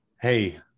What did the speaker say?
Hey